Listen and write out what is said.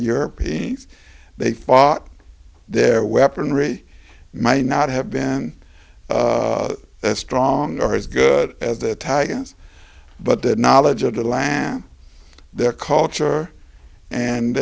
europeans they fought their weaponry may not have been as strong or as good as the titans but the knowledge of the land their culture and